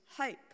hope